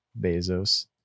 bezos